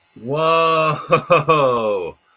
Whoa